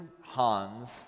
Hans